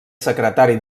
secretari